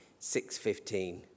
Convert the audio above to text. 6.15